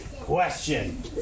Question